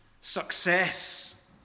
success